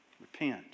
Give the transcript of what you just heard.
Repent